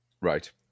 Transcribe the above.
Right